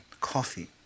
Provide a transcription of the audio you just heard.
coffee